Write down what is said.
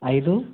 ఐదు